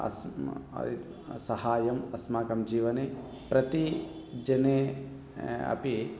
अस्म् सहायम् अस्माकं जीवने प्रतिजने अपि